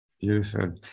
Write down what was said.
Beautiful